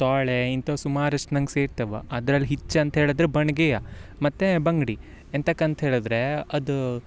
ತ್ವಾಳೆ ಇಂತವು ಸುಮಾರಷ್ಟು ನಂಗೆ ಸೇರ್ತವ ಅದ್ರಲ್ಲಿ ಹಿಚ್ ಅಂತ್ಹೇಳಿದ್ರೆ ಬಣ್ಗೆಯ ಮತ್ತು ಬಂಗ್ಡಿ ಎಂತಕೆ ಅಂತ್ಹೇಳಿದ್ರೆ ಅದು